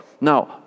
Now